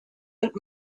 und